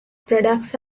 products